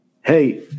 hey